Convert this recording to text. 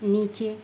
नीचे